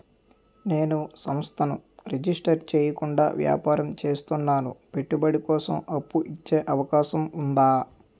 నేను సంస్థను రిజిస్టర్ చేయకుండా వ్యాపారం చేస్తున్నాను పెట్టుబడి కోసం అప్పు ఇచ్చే అవకాశం ఉందా?